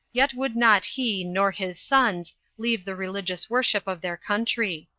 yet would not he nor his sons leave the religious worship of their country.